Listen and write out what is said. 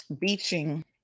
beaching